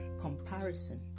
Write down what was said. comparison